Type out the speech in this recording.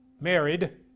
married